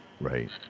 Right